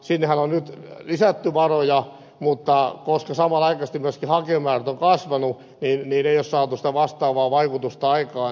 sinnehän on nyt lisätty varoja mutta koska samanaikaisesti myöskin hakijamäärät ovat kasvaneet niin ei ole saatu sitä vastaavaa vaikutusta aikaan